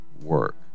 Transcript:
work